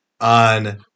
on